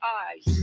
eyes